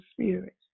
Spirit